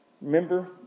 Remember